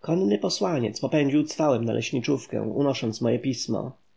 konny posłaniec popędził cwałem na leśniczówkę unosząc moje pismo